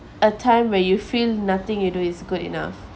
a time where you feel nothing you do is good enough